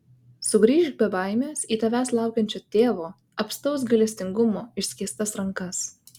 sugrįžk be baimės į tavęs laukiančio tėvo apstaus gailestingumo išskėstas rankas